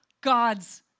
God's